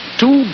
two